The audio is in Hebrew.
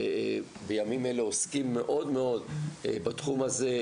בימים אלה אנחנו עסוקים מאוד מאוד בתחום הזה,